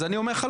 אז אני אומר לך,